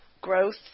Growth